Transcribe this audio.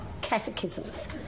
catechisms